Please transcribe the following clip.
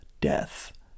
Death